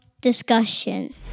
discussion